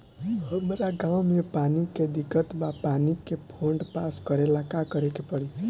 हमरा गॉव मे पानी के दिक्कत बा पानी के फोन्ड पास करेला का करे के पड़ी?